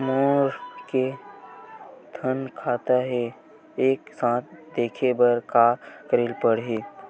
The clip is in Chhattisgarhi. मोर के थन खाता हे एक साथ देखे बार का करेला पढ़ही?